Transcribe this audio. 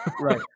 Right